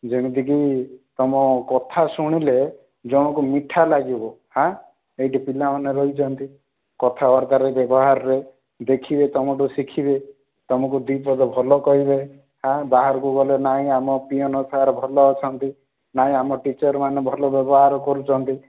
ଯେମିତି କି ତୁମ କଥା ଶୁଣିଲେ ଜଣକୁ ମିଠା ଲାଗିବ ହାଁ ଏଇଠି ପିଲା ରହିଛନ୍ତି କଥାବାର୍ତ୍ତାରେ ବ୍ୟବହାରରେ ଦେଖିକି ତୁମଠୁ ଶିଖିବେ ତୁମକୁ ଦୁଇ ପଦ ଭଲ କହିବେ ହାଁ ବାହାରକୁ ଗଲେ ନାହିଁ ଆମ ପିଅନ୍ ସାର୍ ଭଲ ଅଛନ୍ତି ନାହିଁ ଆମ ଟିଚର୍ ମାନେ ଭଲ ବ୍ୟବହାର କରୁଛନ୍ତି